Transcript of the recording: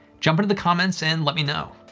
jump into the comments and let me know.